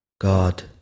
God